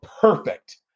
perfect